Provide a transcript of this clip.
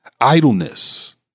idleness